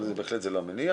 אבל בהחלט זה לא המניע.